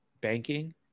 Banking